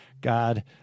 God